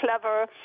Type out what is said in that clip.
clever